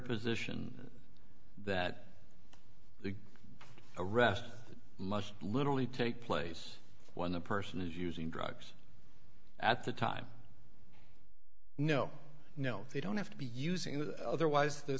position that the arrest must literally take place when the person is using drugs at the time no no they don't have to be using that otherwise the